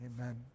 Amen